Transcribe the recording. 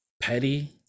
petty